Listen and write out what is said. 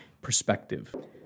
perspective